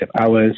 hours